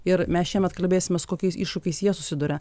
ir mes šiemet kalbėsimės kokiais iššūkiais jie susiduria